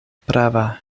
prava